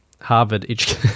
Harvard